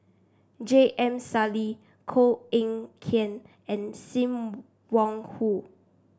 J M Sali Koh Eng Kian and Sim Wong Hoo